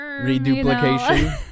Reduplication